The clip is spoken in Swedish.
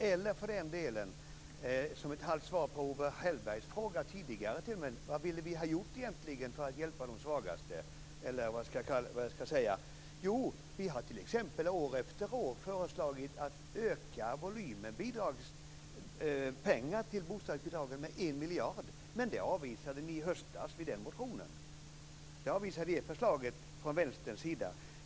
Eller för den delen, som ett halvt svar på Owe Hellbergs fråga tidigare om vad vi egentligen ville ha gjort för att hjälpa de svagaste, så har vi t.ex. år efter år föreslagit att öka volymen på pengarna till bostadsbidragen med 1 miljard kronor. Men det avvisade ni i höstas i samband med behandlingen av den motionen. Det förslaget avvisade ni från Vänsterns sida.